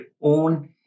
own